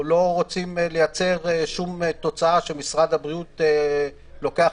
אנחנו לא רוצים לייצר שום תוצאה שמשרד הבריאות לוקח